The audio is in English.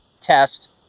test